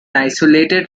isolated